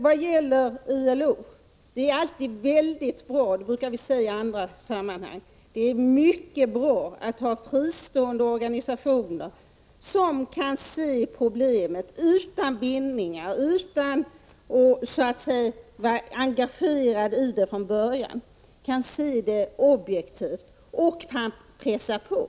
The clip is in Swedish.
När det gäller ILO anser jag att det är mycket bra — så brukar vi se det i andra sammanhang — att ha fristående organisationer som utan att ha bindningar och utan att så att säga ha varit engagerade från början kan se problemet objektivt och kan pressa på.